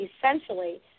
essentially